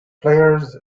players